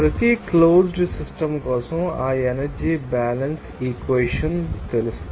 ప్రతి closed systems కోసం ఆ ఎనర్జీ బ్యాలెన్స్ ఈక్వెషన్ తెలుసు